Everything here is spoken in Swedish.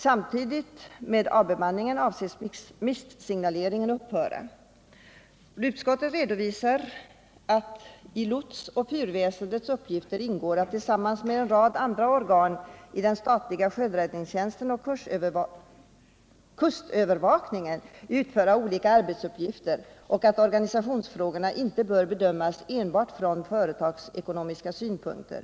Samtidigt med avbemanningen avses mistsignaleringen upphöra. Utskottet redovisar att i lotsoch fyrväsendets uppgifter ingår att tillsammans med en rad andra organ i den statliga sjöräddningstjänsten och havsövervakningen utföra olika arbetsuppgifter och att organisationsfrågorna inte bör bedömas enbart från företagsekonomiska synpunkter.